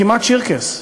כמעט "שירקס",